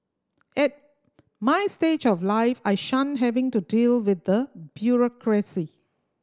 at my stage of life I shun having to deal with the bureaucracy